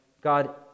God